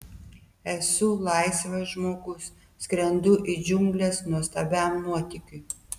esu laisvas žmogus skrendu į džiungles nuostabiam nuotykiui